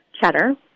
cheddar